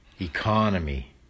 Economy